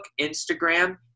Instagram